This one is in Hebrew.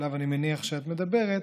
שעליו אני מניח שאת מדברת,